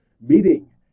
meeting